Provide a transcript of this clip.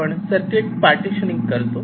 आपण circuit partitioning करतो